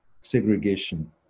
segregation